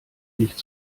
nicht